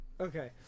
Okay